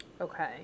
Okay